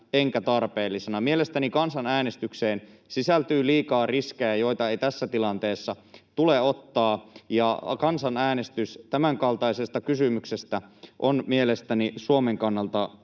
enkä tarpeellisena. Mielestäni kansanäänestykseen sisältyy liikaa riskejä, joita ei tässä tilanteessa tule ottaa, ja kansanäänestys tämänkaltaisesta kysymyksestä on mielestäni Suomen kannalta